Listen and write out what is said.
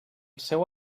seu